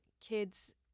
kids